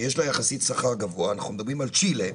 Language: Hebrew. שיש לה יחסית שכר גבוה, אנחנו מדברים על צ'ילה,